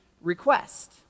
request